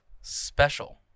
special